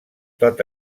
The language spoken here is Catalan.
tot